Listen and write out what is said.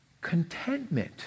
contentment